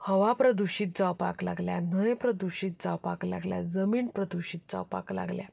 हवा प्रदुशीत जावपाक लागल्या न्हंय प्रदुशीत जावपाक लागल्या जमीन प्रदुशीत जावपाक लागल्या